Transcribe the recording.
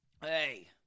Hey